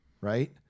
right